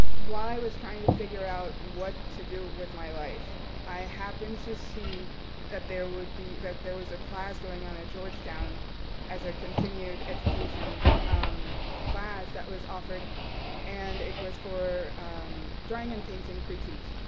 while i was trying to figure out what to do with my life i happened to see that there would be that there was a class going to ah georgetown as a continued education class that was offered and it was for drawing and painting critique.